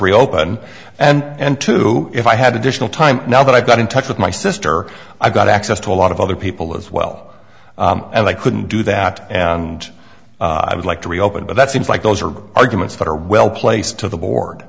reopen and two if i had additional time now that i got in touch with my sister i got access to a lot of other people as well and i couldn't do that and i would like to reopen but that seems like those are arguments that are well placed to the board